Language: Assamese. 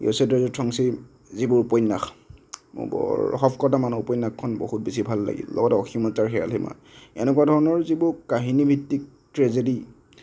য়েচে দৰ্জে ঠংচিৰ যিবোৰ উপন্যাস মোৰ বৰ শৱ কটা মানুহ উপন্যাসখন বহুত বেছি ভাল লাগিল লগতে অসীমত যাৰ হেৰাল সীমা এনেকুৱা ধৰণৰ যিবোৰ কাহিনীভিত্তিক ট্ৰেজেদি